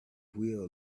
wheel